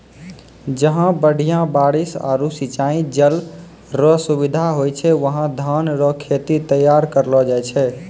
जहां बढ़िया बारिश आरू सिंचाई जल रो सुविधा होय छै वहां धान रो खेत तैयार करलो जाय छै